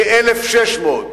כ-1,600.